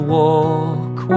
walk